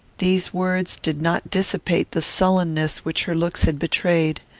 these words did not dissipate the sullenness which her looks had betrayed.